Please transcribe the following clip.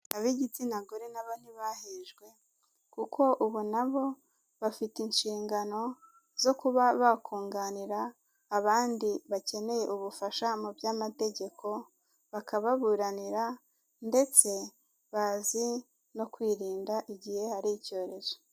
Ab'igitsina gore na bo ntibahejwe kuko ubu na bo bafite inshingano zo kuba bakunganira abandi bakeneye ubufasha mu by'amategeko bakababuranira ndetse bazi no kwirinda igihe hari icyorezo.